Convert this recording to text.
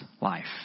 life